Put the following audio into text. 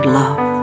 love